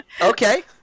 Okay